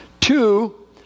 two